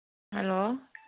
hello